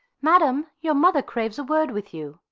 madam, your mother craves a word with you.